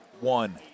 one